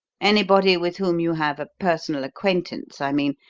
anybody with whom you have a personal acquaintance, i mean,